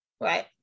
right